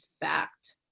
fact